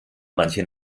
manche